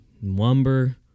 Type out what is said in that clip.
number